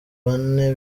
bane